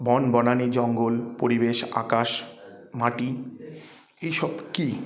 বন বনানী জঙ্গল পরিবেশ আকাশ মাটি এই সব কী